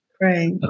Right